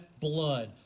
blood